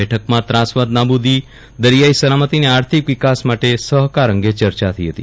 બેઠકમાં ત્રાસવાદ નાબુદી દરિથાથી સલામતી અને આર્થિક વિકાસ માટે સહકાર અંગે ચર્ચા થઇ હતી